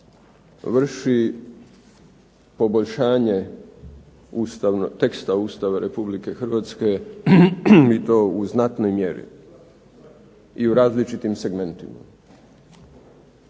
vrši poboljšanje teksta Ustava Republike Hrvatske i to u znatnoj mjeri, i u različitim segmentima.